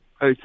Hey